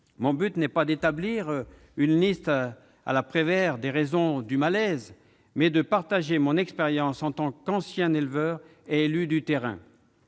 Mon but est non pas d'établir un inventaire à la Prévert des raisons de ce malaise, mais de partager mon expérience en tant qu'ancien éleveur et élu de terrain,